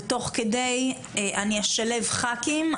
ותוך כדי אני אשלב ח"כים,